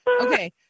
Okay